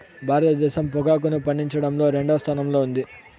భారతదేశం పొగాకును పండించడంలో రెండవ స్థానంలో ఉంది